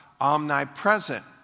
omnipresent